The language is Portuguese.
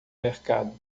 mercado